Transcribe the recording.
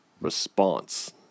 response